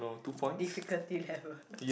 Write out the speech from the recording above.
difficulty level